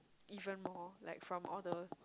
even more like from all the